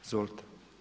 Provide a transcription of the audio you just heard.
Izvolite.